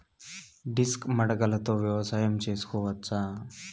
Disc మడకలతో వ్యవసాయం చేసుకోవచ్చా??